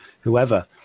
whoever